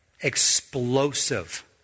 explosive